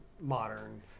modern